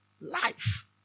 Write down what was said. Life